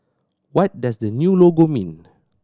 what does the new logo mean